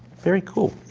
very cool.